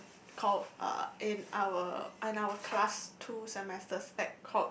called uh in our in our class two semesters that called